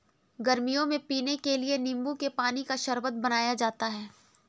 गर्मियों में पीने के लिए नींबू के पानी का शरबत बनाया जाता है